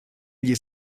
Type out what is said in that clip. gli